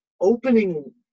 opening